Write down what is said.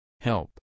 Help